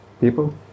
People